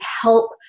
help